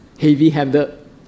heavy-handed